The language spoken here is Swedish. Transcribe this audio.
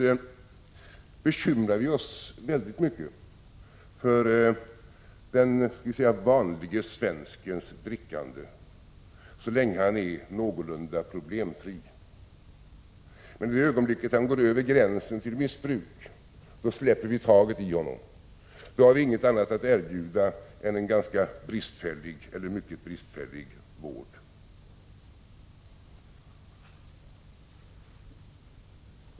Vi bekymrar oss väldigt mycket för den vanliga svenskens drickande så länge han är någorlunda problemfri, men i det ögonblick han går över gränsen till missbruk släpper vi taget i honom och har ingenting annat att erbjuda än en mycket bristfällig vård.